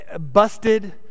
busted